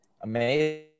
Amazing